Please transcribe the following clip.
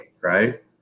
right